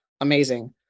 amazing